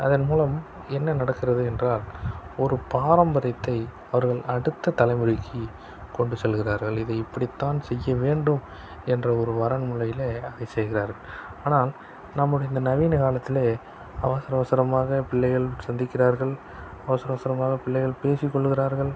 அதன்மூலம் என்ன நடக்கிறது என்றால் ஒரு பாரம்பரியத்தை அவர்கள் அடுத்த தலைமுறைக்கு கொண்டு செல்கிறார்கள் இதை இப்படி தான் செய்ய வேண்டும் என்ற ஒரு வரன்முறையில் அதை செய்கிறார்கள் ஆனால் நம்முடைய இந்த நவீன காலத்திலே அவசர அவசரமாக பிள்ளைகள் சந்திக்கிறார்கள் அவசர அவசரமாக பிள்ளைகள் பேசிக்கொள்ளுகிறார்கள்